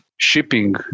shipping